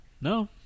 no